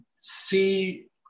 see